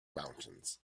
mountains